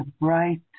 bright